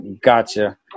Gotcha